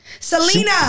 Selena